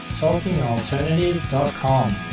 talkingalternative.com